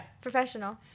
Professional